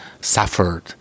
suffered